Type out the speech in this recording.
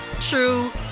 true